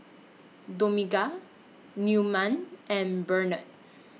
Dominga Newman and Barnett